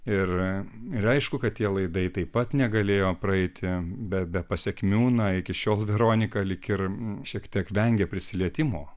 ir ir aišku kad tie laidai taip pat negalėjo praeiti be be pasekmių na iki šiol veronika lyg ir šiek tiek vengė prisilietimo